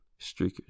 streakers